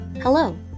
Hello